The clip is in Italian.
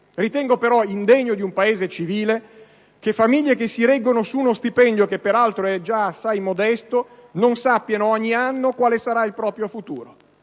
Ritengo però indegno di un Paese civile che famiglie che si reggono su uno stipendio che peraltro è già assai modesto non sappiano ogni anno quale sarà il proprio futuro.